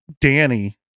Danny